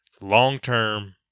long-term